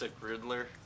riddler